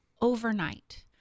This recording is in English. overnight